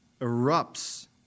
erupts